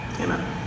Amen